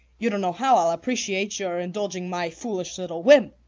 you don't know how i'll appreciate your indulging my foolish little whim.